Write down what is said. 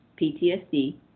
PTSD